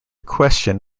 question